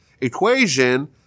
equation